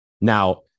Now